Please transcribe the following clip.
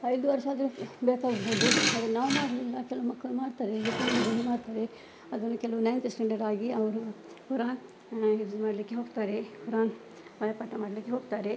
ಐದು ವರ್ಷ ಆದರೂ ಬೇಕಾಗ್ಬೋದು ಆದರೆ ನಾವು ಮಾಡಲಿಲ್ಲ ಕೆಲವು ಮಕ್ಕಳು ಮಾಡ್ತಾರೆ ಈಗ ಕೆಲವರು ಇದು ಮಾಡ್ತಾರೆ ಅದರಲ್ಲಿ ಕೆಲವು ನೈನ್ತ್ ಸ್ಟ್ಯಾಂಡರ್ಡ್ ಆಗಿ ಅವರು ಕುರಾನ್ ಇದು ಮಾಡಲಿಕ್ಕೆ ಹೋಗ್ತಾರೆ ಕುರಾನ್ ಬಾಯಿಪಾಠ ಮಾಡಲಿಕ್ಕೆ ಹೋಗ್ತಾರೆ